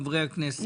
חברי הכנסת,